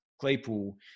Claypool